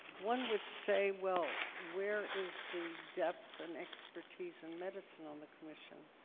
one would say, well, where is the depth and expertise in medicine on the commission?